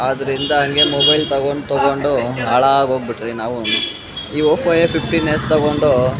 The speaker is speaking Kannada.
ಆದ್ದರಿಂದ ಹಂಗೆ ಮೊಬೈಲ್ ತಗೊಂಡು ತಗೊಂಡು ಹಾಳಾಗಿ ಹೋಗಿ ಬಿಟ್ವಿ ನಾವು ಈ ಒಪ್ಪೋ ಎ ಫಿಫ್ಟೀನ್ ಯಸ್ ತಗೊಂಡು